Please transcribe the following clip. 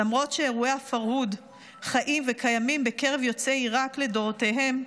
למרות שאירועי הפרהוד חיים וקיימים בקרב יוצאי עיראק לדורותיהם,